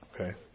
Okay